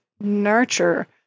nurture